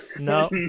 no